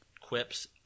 quips